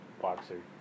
boxer